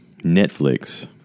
Netflix